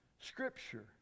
Scripture